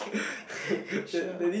okay sure